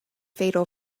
fatal